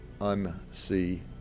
unsee